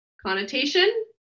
connotation